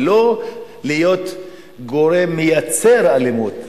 ולא להיות גורם מייצר אלימות.